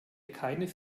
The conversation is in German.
keines